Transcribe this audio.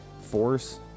force